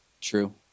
True